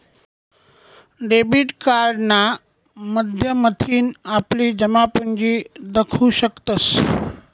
debit कार्डना माध्यमथीन आपली जमापुंजी दखु शकतंस